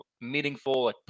meaningful